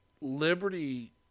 Liberty